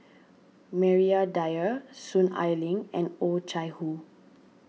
Maria Dyer Soon Ai Ling and Oh Chai Hoo